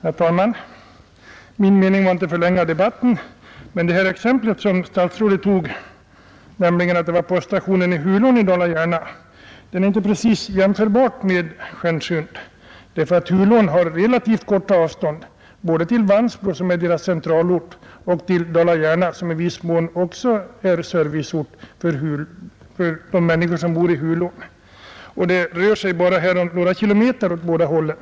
Herr talman! Min mening är inte att förlänga debatten, men det exempel som kommunikationsministern tog och som gällde poststationen i Hulån i Dala-Järna är inte jämförbart med Stjärnsund. Hulån har relativt korta avstånd både till Vansbro som är centralort och till Dala-Järna som i viss mån också är serviceort för dem som bor i Hulån. Det rör sig här om bara några kilometer åt båda hållen.